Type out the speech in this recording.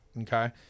Okay